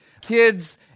Kids